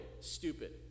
stupid